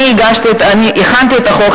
אני הכנתי את החוק,